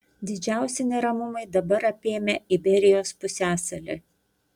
didžiausi neramumai dabar apėmę iberijos pusiasalį